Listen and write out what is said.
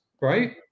right